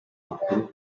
makuru